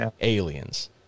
aliens